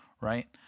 right